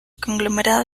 conglomerado